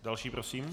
Další prosím.